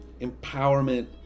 empowerment